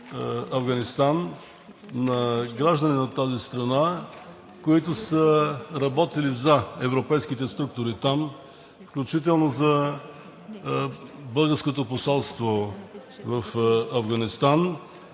Афганистан на граждани на тази страна, които са работили за европейските структури там, включително за българското посолство в Афганистан,